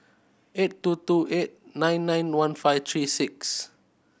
eight two two eight nine nine one five three six